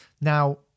Now